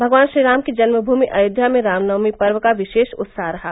भगवान श्रीराम की जन्मभूमि अयोध्या में रामनवमी पर्व का विशेष उत्साह रहा